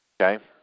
Okay